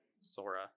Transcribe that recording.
sora